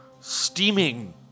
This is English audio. steaming